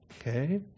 okay